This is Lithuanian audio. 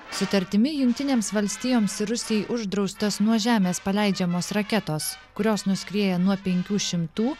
sutartimi jungtinėms valstijoms rusijai uždraustos nuo žemės paleidžiamos raketos kurios nuskrieja nuo penkių šimtų